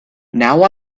now